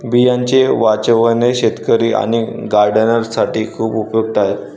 बियांचे वाचवणे शेतकरी आणि गार्डनर्स साठी खूप उपयुक्त आहे